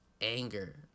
anger